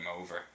over